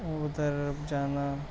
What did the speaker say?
ادھر جانا